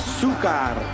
Azúcar